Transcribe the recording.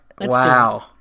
wow